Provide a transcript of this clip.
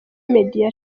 meddy